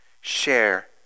Share